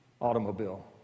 automobile